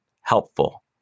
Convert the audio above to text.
helpful